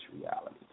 reality